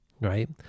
right